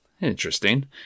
interesting